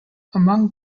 among